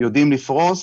לפרוס